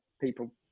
people